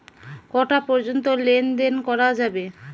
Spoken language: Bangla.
কটা পর্যন্ত লেন দেন করা যাবে?